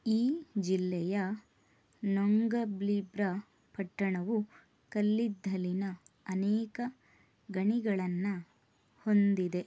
ಈ ಜಿಲ್ಲೆಯ ನೊಂಗಬ್ಲಿ ಬ್ರಾ ಪಟ್ಟಣವು ಕಲ್ಲಿದ್ದಲಿನ ಅನೇಕ ಗಣಿಗಳನ್ನು ಹೊಂದಿದೆ